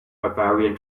barbarian